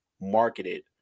marketed